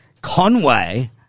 Conway